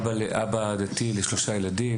אבא דתי לשלושה ילדים,